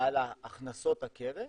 על הכנסות הקרן